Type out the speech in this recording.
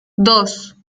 dos